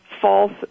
false